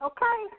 Okay